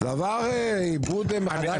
זה עבר עיבוד מחדש.